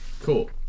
Cool